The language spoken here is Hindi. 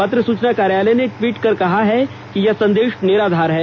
पत्र सूचना कार्यालय ने ट्वीट कर कहा है कि यह संदेश निराधार है